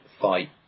fight